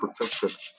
protected